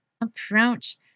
Approach